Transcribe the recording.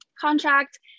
contract